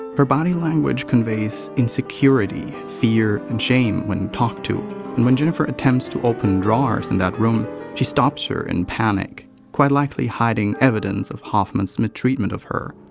her body language conveys insecurity, fear and shame when talked to and when jennifer attempts to open the drawers in that room, she stops her in panic quite likely hiding evidence of hoffman's mistreatment of her.